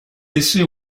laissée